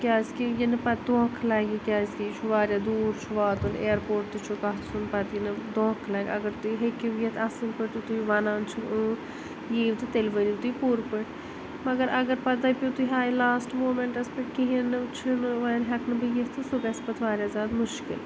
کیٛازِکہ یِنہٕ پتہٕ دھوکہ لَگہِ کیٛازِکہ یہِ چھُ واریایہ دوٗر چھُ واتُن اِیَرپورٹ تہِ چھُ گژھُن پتہٕ یِنہٕ دھوکہ لَگہِ اگر تُہۍ ہیٚکِو یِتھ اصٕل پٲٹھۍ تہٕ تُہۍ وَنان چھُو اۭں یِیُو تہٕ تیٚلہِ ؤنِو تُہۍ پوٗرٕ پٲٹھۍ مگر اَگر پتہٕ دٔپِو تُہۍ ہَے لاسٹہٕ موٗمیٚنٹَس پٮ۪ٹھ کِہیٖنۍ نہٕ چھُنہٕ ؤنۍ ہیٚکہٕ نہٕ بہٕ یِتھٕے سُہ گژھہِ پتہٕ واریاہ زیادٕ مُشکِل